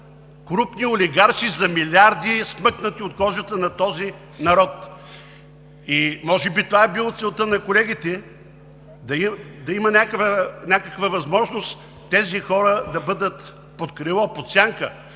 крупни олигарси за милиарди, смъкнати от кожата на този народ. И може би това е била целта на колегите: да има някаква възможност тези хора да бъдат под крило, под сянка.